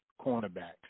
cornerbacks